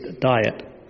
diet